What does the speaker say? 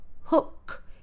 hook